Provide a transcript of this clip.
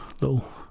little